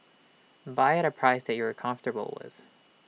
buy at A price that you are comfortable with